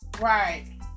right